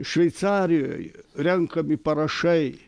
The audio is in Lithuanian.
šveicarijoj renkami parašai